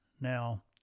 Now